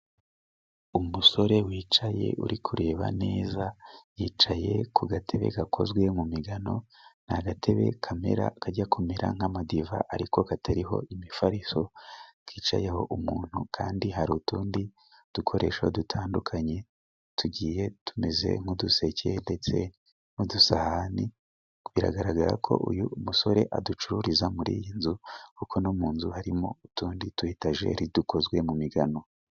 Umusore wicaye uri kureba neza yicaye ku gatebe gakozwe mu migano. Ni agatebe kamera kajya kumera nk'amadiva ariko katariho imifariso ,kicayeho umuntu kandi hari utundi dukoresho dutandukanye tugiye tumeze nk'uduseke ndetse n'udusahani biragaragara ko uyu musore aducururiza muri iyi nzu kuko no munzu harimo utundi tu etajeri dukozwe mu migano.